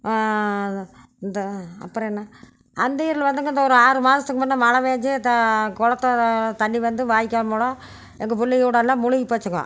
இந்த அப்புறம் என்ன அந்தியூரில் வந்துங்க இந்த ஒரு ஆறு மாதத்துக்கு முன்னே மழை பெஞ்சு குளத்துல தண்ணி வந்து வாய்க்கால் மூலம் எங்கள் பிள்ளைங்க வீடெல்லாம் மூழ்கி போச்சுங்க